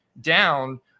down